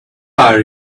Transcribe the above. are